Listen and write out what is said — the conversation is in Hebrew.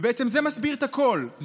בעצם זה מסביר את הכול,